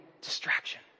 distraction